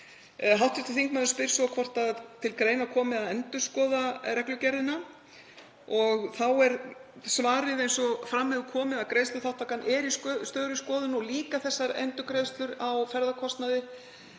Hv. þingmaður spyr svo hvort til greina komi að endurskoða reglugerðina. Þá er svarið, eins og fram hefur komið, að greiðsluþátttakan er í stöðugri skoðun og líka endurgreiðsla á ferðakostnaði.